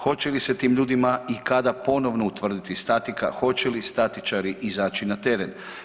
Hoće li se tim ljudima i kada ponovno utvrditi statika, hoće li statičari izaći na teren?